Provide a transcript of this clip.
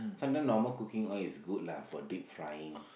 something normal cooking oil is good lah for deep frying